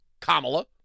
Kamala